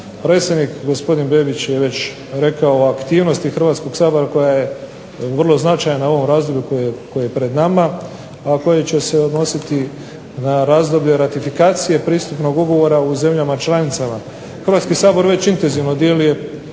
Predsjednik gospodin Bebić je već rekao aktivnosti Hrvatskog sabora koja je vrlo značajna u ovom razdoblju koje je pred nama a koje će se odnositi na razdoblje ratifikacije pristupnog ugovora u zemljama članicama. Hrvatski sabor već intenzivno djeluje,